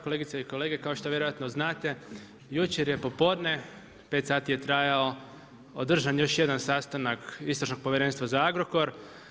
Kolegice i kolege, kao što vjerojatno znate, jučer je popodne, 5 sati je trajao, održan još jedan sastanak Istražno povjerenstva za Agrokor.